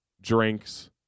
drinks